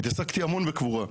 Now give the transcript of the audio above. התעסקתי המון בקבורה,